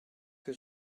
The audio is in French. que